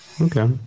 Okay